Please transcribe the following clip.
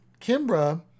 Kimbra